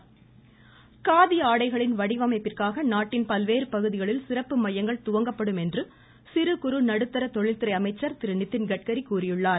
த த த த த த நிதின் கட்கரி காதி ஆடைகளின் வடிவமைப்பிற்காக நாட்டின் பல்வேறு பகுதிகளில் சிறப்பு மையங்கள் துவங்கப்படும் என்று சிறுகுறு நடுத்தர தொழில்துறை அமைச்சர் திரு நிதின்கட்கரி கூறியுள்ளார்